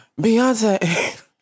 Beyonce